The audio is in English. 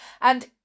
and